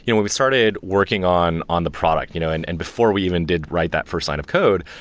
you know we we started working on on the product you know and and before we even did write that first line of code,